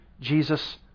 Jesus